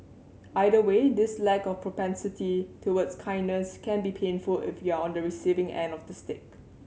either way this lack of propensity towards kindness can be painful if you're on the receiving end of the stick